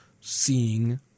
seeing